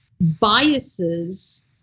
biases